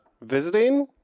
Visiting